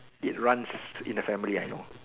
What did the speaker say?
it runs in the family I know